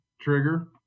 trigger